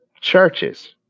churches